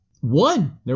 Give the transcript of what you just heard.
one